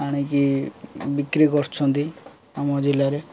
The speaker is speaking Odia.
ଆଣିକି ବିକ୍ରି କରୁଛନ୍ତି ଆମ ଜିଲ୍ଲାରେ